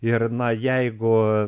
ir na jeigu